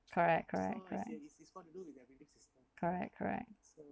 correct correct correct correct correct